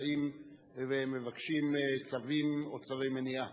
באים ומבקשים צווים או צווי מניעה.